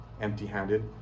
empty-handed